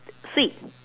sweet